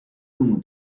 than